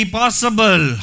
possible